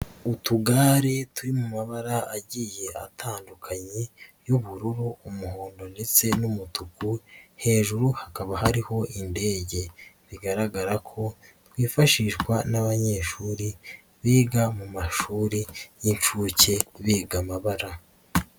Utugare turi mu mabara agiye atandukanye y'ubururu, umuhondo ndetse n'umutuku, hejuru hakaba hariho indege bigaragara ko twifashishwa n'abanyeshuri biga mu mashuri y'inshuke biga amabara.